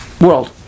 world